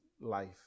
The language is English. life